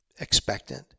expectant